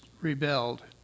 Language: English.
rebelled